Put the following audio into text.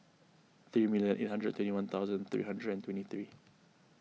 three million eight hundred and twenty one thunsand three hundred and twenty three